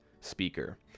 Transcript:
speaker